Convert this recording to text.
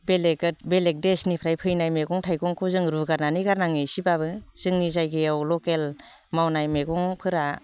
बेलेग बेलेग देसनिफ्राय फैनाय मैगं थाइगंखौ जों रुगारनानै गारनाङो इसेब्लाबो जोंनि जायगायाव लकेल मावनाय मैगंफोरा